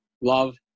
Love